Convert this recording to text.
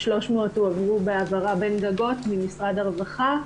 ו-300 הועברו בהעברה בין גגות ממשרד הרווחה.